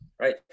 right